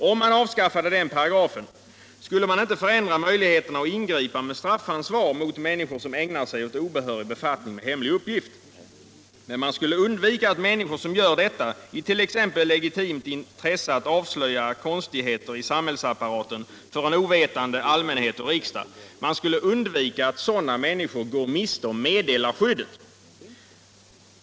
Om man avskaffade den paragrafen skulle man inte förändra möjligheterna att ingripa med straffansvar mot människor som ägnar sig åt obehörig befattning med hemlig uppgift. Men man skulle undvika att människor som gör detta t.ex. i legitimt intresse att för en ovetande allmänhet och riksdag avslöja konstigheter i samhällsapparaten går miste om meddelarskyddet.